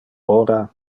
ora